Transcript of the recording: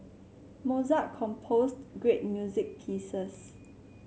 Mozart composed great music pieces